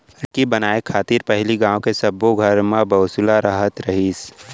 ढेंकी बनाय खातिर पहिली गॉंव के सब्बो घर म बसुला रहत रहिस